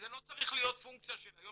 וזה לא צריך להיות פונקציה של היום